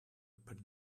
but